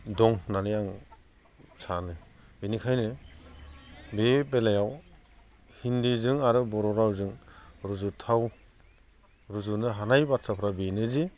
दं होननानै आङो सानो बेनिखायनो बे बेलायाव हिन्दिजों आरो बर' रावजों रुजुथाव रुजुनो हानाय बाथ्राफ्रा बेनो जि